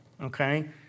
okay